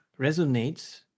resonates